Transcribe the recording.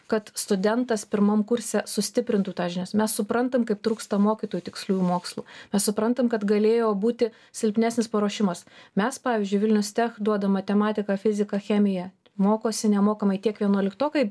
kad studentas pirmam kurse sustiprintų tas žinias mes suprantam kaip trūksta mokytojų tiksliųjų mokslų mes suprantam kad galėjo būti silpnesnis paruošimas mes pavyzdžiui vilnius tech duodam matematiką fiziką chemiją mokosi nemokamai tiek vienuoliktokai